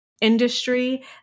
industry